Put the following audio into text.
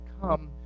come